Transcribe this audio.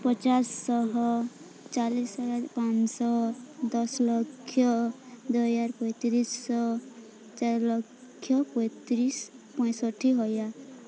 ପଚାଶଶହ ଚାଲିଶି ହଜାର ପାଞ୍ଚଶହ ଦଶ ଲକ୍ଷ ଦୁଇ ତିରିଶିଶହ ଚାରି ଲକ୍ଷ ପଇଁତିରିଶି ପାଞ୍ଚଷଠି ହଜାର